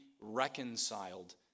reconciled